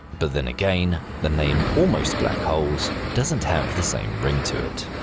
but then again the name almost black holes doesn't have the same ring to it.